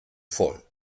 voll